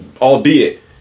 Albeit